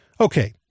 Okay